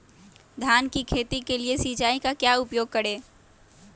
धान की खेती के लिए सिंचाई का क्या उपयोग करें?